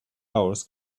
hours